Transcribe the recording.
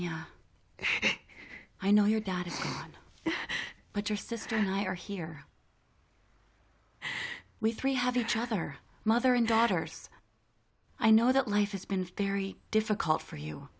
do i know your dad is on but your sister and i are here we three have each other mother and daughters i know that life has been very difficult for you